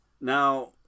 now